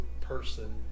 person